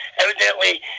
evidently